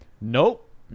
nope